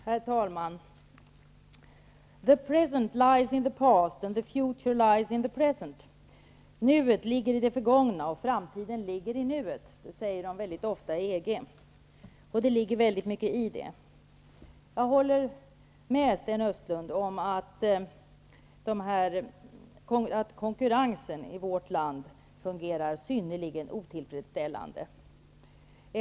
Herr talman! The present lies in the past, and the future lies in the present. Nuet ligger i det förgångna, och framtiden ligger i nuet. Detta säger de ofta i EG, och det ligger mycket i det. Jag håller med Sten Östlund om att konkurrensen i vårt land fungerar synnerligen otillfredsställande.